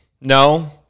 no